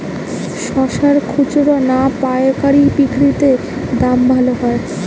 শশার খুচরা না পায়কারী বিক্রি তে দাম ভালো হয়?